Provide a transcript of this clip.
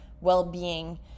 well-being